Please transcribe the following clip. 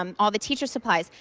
um all the teacher supplies.